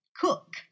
cook